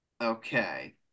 Okay